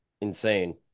insane